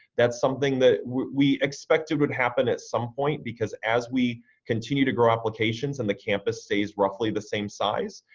that's something that we expected would happen at some point because as we continue to grow applications and the campus stays roughly the same size,